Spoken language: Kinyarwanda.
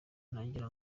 nagira